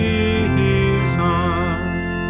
Jesus